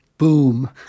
boom